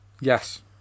Yes